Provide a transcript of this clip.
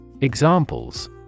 Examples